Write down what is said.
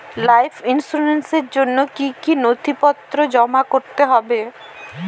Life ইন্সুরেন্সর জন্য জন্য কি কি নথিপত্র জমা করতে হবে?